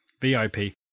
V-I-P